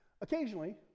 occasionally